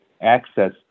access